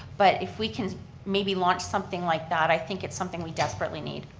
but if we can maybe launch something like that i think it's something we desperately need.